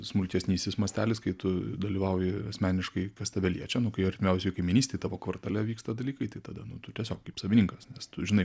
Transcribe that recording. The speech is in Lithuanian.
smulkesnysis mastelis kai tu dalyvauji asmeniškai kas tave liečia nu kai artimiausioj kaimynystėj tavo kvartale vyksta dalykai tai tada nu tu tiesiog kaip savininkas nes tu žinai